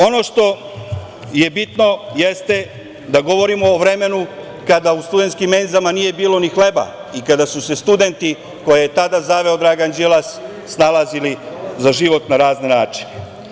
Ono što je bitno, jeste da govorimo o vremenu kada u studentskim menzama nije bilo ni hleba i kada su se studenti koje je tada zaveo Dragan Đilas snalazili za život na razne načine.